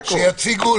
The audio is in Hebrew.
יש בעיה עם זה?